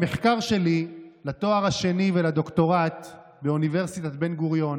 במחקר שלי לתואר השני ולדוקטורט באוניברסיטת בן-גוריון,